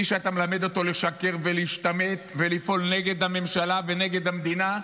מי שאתה מלמד אותו לשקר ולהשתמט ולפעול נגד הממשלה ונגד המדינה,